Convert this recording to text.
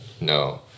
No